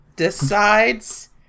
Decides